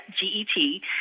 G-E-T